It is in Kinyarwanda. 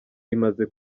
imaze